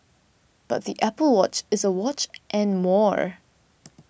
but the Apple Watch is a watch and more